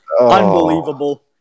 Unbelievable